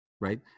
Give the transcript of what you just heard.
right